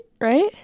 right